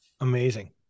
amazing